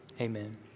Amen